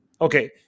okay